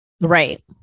Right